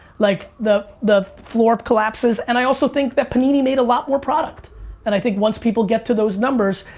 like the the floor collapses and i also think that panini made a lot more product and i think once people get to those numbers,